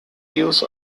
use